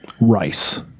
Rice